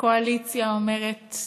הקואליציה אומרת: